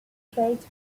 kate